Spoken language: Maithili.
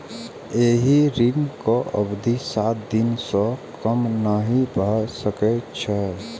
एहि ऋणक अवधि सात दिन सं कम नहि भए सकै छै